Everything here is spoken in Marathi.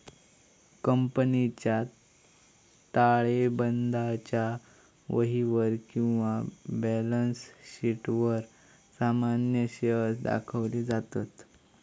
कंपनीच्या ताळेबंदाच्या वहीवर किंवा बॅलन्स शीटवर सामान्य शेअर्स दाखवले जातत